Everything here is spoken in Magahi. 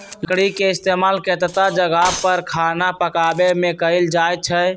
लकरी के इस्तेमाल केतता जगह पर खाना पकावे मे कएल जाई छई